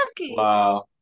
Wow